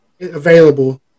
available